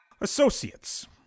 Associates